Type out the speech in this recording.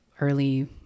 early